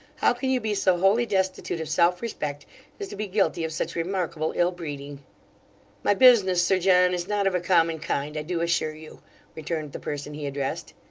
how can you be so wholly destitute of self-respect as to be guilty of such remarkable ill-breeding my business, sir john, is not of a common kind, i do assure you returned the person he addressed.